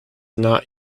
not